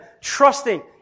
trusting